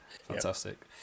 Fantastic